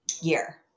year